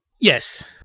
Yes